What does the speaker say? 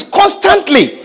constantly